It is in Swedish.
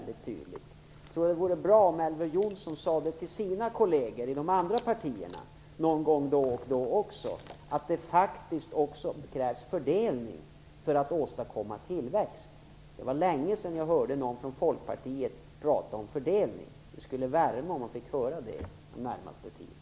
Det vore bra om även Elver Jonsson sade det till sina kolleger i de andra partierna någon gång då och då. Det var länge sedan jag hörde någon från Folkpartiet prata om fördelning. Det skulle värma om jag fick höra det under den närmaste tiden.